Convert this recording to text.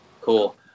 cool